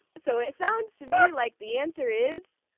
so it sounds to me like the answer is,